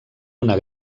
una